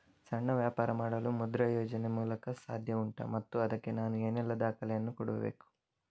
ಸಣ್ಣ ವ್ಯಾಪಾರ ಮಾಡಲು ಮುದ್ರಾ ಯೋಜನೆ ಮೂಲಕ ಸಾಧ್ಯ ಉಂಟಾ ಮತ್ತು ಅದಕ್ಕೆ ನಾನು ಏನೆಲ್ಲ ದಾಖಲೆ ಯನ್ನು ಕೊಡಬೇಕು?